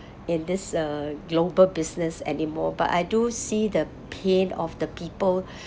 in this uh global business anymore but I do see the pain of the people